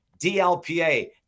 DLPA